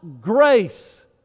grace